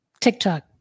tiktok